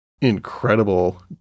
incredible